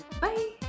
Bye